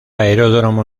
aeródromo